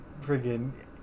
friggin